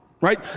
right